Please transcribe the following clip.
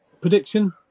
prediction